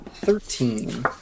Thirteen